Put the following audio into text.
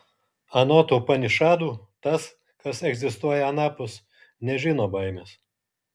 anot upanišadų tas kas egzistuoja anapus nežino baimės